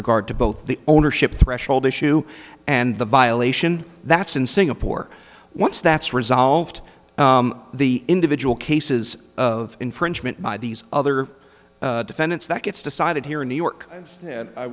regard to both the ownership threshold issue and the violation that's in singapore once that's resolved the individual cases of infringement by these other defendants that gets decided here in new